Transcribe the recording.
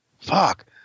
Fuck